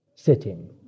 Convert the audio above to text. sitting